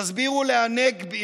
תסבירו להנגבי,